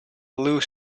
blue